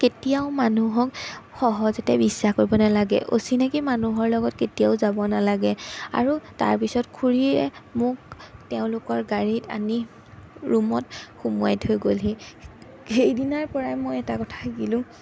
কেতিয়াও মানুহক সহজতে বিশ্বাস কৰিব নালাগে অচিনাকী মানুহৰ লগত কেতিয়াও যাব নালাগে আৰু তাৰপিছত খুৰীয়ে মোক তেওঁলোকৰ গাড়ীত আনি ৰুমত সুমুৱাই থৈ গ'লহি সেইদিনৰ পৰাই মই এটা কথা শিকিলো